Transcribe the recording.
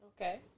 Okay